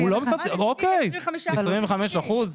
25 אחוזים?